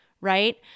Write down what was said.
right